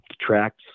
tracks